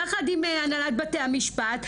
יחד עם הנהלת בתי המשפט.